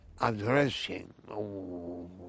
addressing